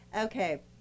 Okay